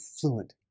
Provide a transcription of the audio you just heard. fluent